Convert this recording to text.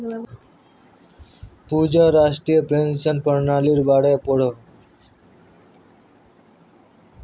पूजा राष्ट्रीय पेंशन पर्नालिर बारे पढ़ोह